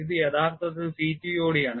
ഇത് യഥാർത്ഥത്തിൽ CTOD ആണ്